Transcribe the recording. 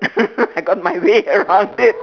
I got my way around it